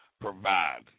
provide